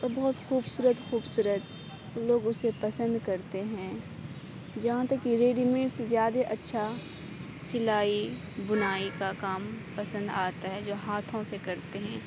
وہ بہت خوبصورت خوبصورت لوگ اسے پسند کرتے ہیں جہاں تک یہ ریڈی میڈ سے زیادہ اچھا سلائی بنائی کا کام پسند آتا ہے جو ہاتھوں سے کرتے ہیں